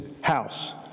house